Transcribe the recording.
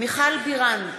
מיכל בירן,